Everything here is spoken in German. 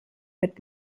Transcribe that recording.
mit